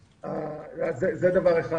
זה דבר אחד.